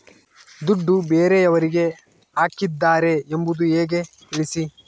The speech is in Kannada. ದುಡ್ಡು ಬೇರೆಯವರಿಗೆ ಹಾಕಿದ್ದಾರೆ ಎಂಬುದು ಹೇಗೆ ತಿಳಿಸಿ?